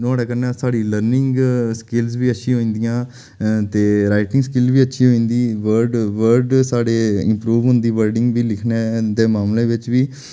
नुहाड़े कन्नै साढ़ी लर्निंग स्किल्ल बीअच्छी होई जंदियां हियां ते राइटिंग स्किल्ल बी अच्छी होई जंदी वर्ड वर्ड साढ़े इम्प्रूव होंदी वर्डिंग बी लिखने दे मामले बिच बी